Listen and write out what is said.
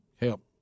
help